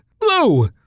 Blue